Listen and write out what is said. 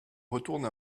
retourne